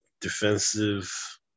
defensive